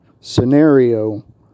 scenario